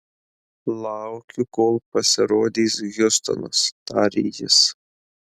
laukiu kol pasirodys hjustonas tarė jis